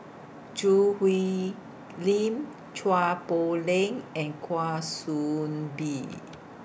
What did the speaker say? Choo Hwee Lim Chua Poh Leng and Kwa Soon Bee